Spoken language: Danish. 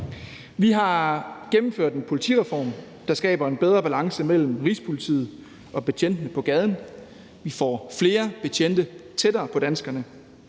Vi har gennemført en politireform, der skaber en bedre balance mellem Rigspolitiet og betjentene på gaden. Vi får flere betjente tættere på danskerne.